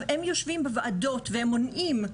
הם יושבים בוועדות, והם מונעים.